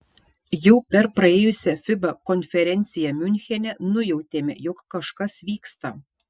jau per praėjusią fiba konferenciją miunchene nujautėme jog kažkas vyksta